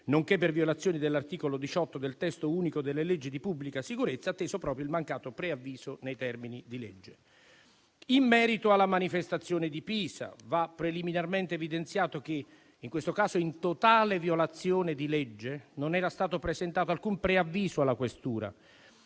nonché per violazioni dell'articolo 18 del testo unico delle leggi di pubblica sicurezza, atteso proprio il mancato preavviso nei termini di legge. In merito alla manifestazione di Pisa, va preliminarmente evidenziato che in questo caso, in totale violazione di legge, non era stato presentato alcun preavviso alla questura,